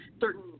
certain